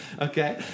Okay